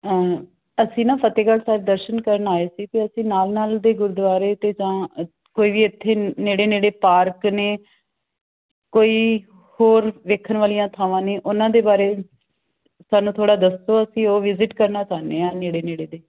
ਅਸੀਂ ਨਾ ਫਤਿਹਗੜ੍ਹ ਸਾਹਿਬ ਦਰਸ਼ਨ ਕਰਨ ਆਏ ਸੀ ਅਤੇ ਅਸੀਂ ਨਾਲ ਨਾਲ ਦੇ ਗੁਰਦੁਆਰੇ ਅਤੇ ਜਾਂ ਕੋਈ ਵੀ ਇੱਥੇ ਨੇੜੇ ਨੇੜੇ ਪਾਰਕ ਨੇ ਕੋਈ ਹੋਰ ਵੇਖਣ ਵਾਲੀਆਂ ਥਾਵਾਂ ਨੇ ਉਹਨਾਂ ਦੇ ਬਾਰੇ ਸਾਨੂੰ ਥੋੜ੍ਹਾ ਦੱਸੋ ਅਸੀਂ ਉਹ ਵਿਜਿਟ ਕਰਨਾ ਚਾਹੁੰਦੇ ਹਾਂ ਨੇੜੇ ਨੇੜੇ ਦੇ